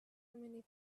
many